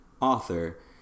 author